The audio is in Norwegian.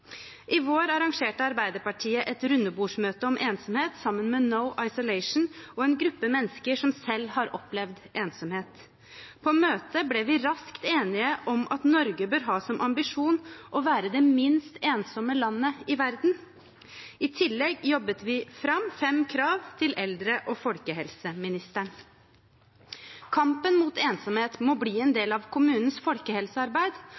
I vår arrangerte Arbeiderpartiet et rundebordsmøte om ensomhet sammen med No Isolation og en gruppe mennesker som selv har opplevd ensomhet. På møtet ble vi raskt enige om at Norge bør ha som ambisjon å være det minst ensomme landet i verden. I tillegg jobbet vi fram fem krav til eldre- og folkehelseministeren. Kampen mot ensomhet må bli en del av kommunens folkehelsearbeid,